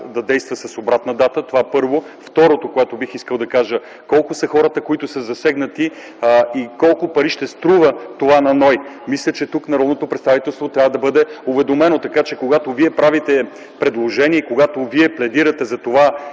да действа с обратна дата; второто, което бих искал да кажа – колко са хората, които са засегнати и колко пари ще струва това на НОИ? Мисля, че тук народното представителство трябва да бъде уведомено. Така че, когато Вие правите предложение и когато пледирате за това